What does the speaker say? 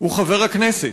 הוא חבר הכנסת.